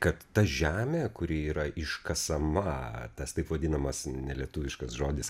kad ta žemė kuri yra iškasama tas taip vadinamas nelietuviškas žodis